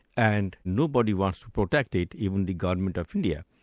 and nobody wants to protect it, even the government of india.